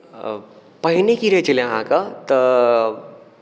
पहिने की रहै छलै अहाँके तऽ